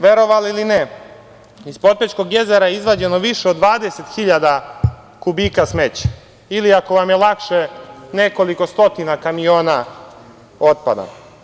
Verovali ili ne, iz Potpećkog jezera je izvađeno više od 20 hiljada kubika smeća ili ako vam je lakše nekoliko stotina kamiona otpada.